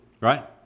Right